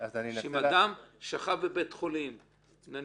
אם נניח אדם שכב בבית חולים עם